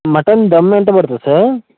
mutton dum ఎంత పడుతుంది sir